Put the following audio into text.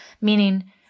meaning